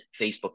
Facebook